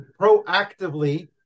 proactively